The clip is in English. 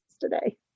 today